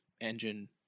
engine